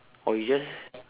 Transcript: or you just